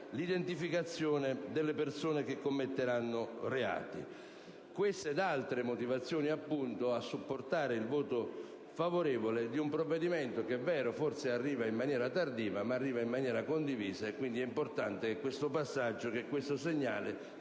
l'identificazione delle persone che commetteranno reati. Queste ed altre motivazioni sono a supportare il voto favorevole su un provvedimento che, è vero, forse arriva tardivamente, ma arriva in maniera condivisa, ed è quindi importante che questo segnale sia